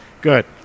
good